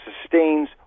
sustains